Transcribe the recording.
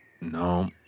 No